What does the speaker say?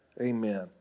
Amen